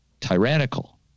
tyrannical